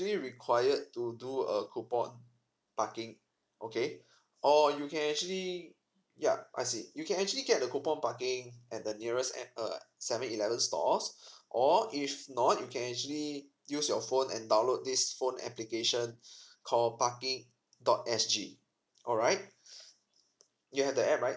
actually required to do a coupon parking okay or you can actually yup I see you can actually get the coupon parking at the nearest at err seven eleven stores or if not you can actually use your phone and download this phone application called parking dot S_G alright you have the app right